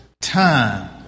time